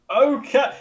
Okay